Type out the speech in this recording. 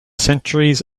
centuries